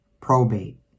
probate